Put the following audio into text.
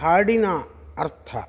ಹಾಡಿನ ಅರ್ಥ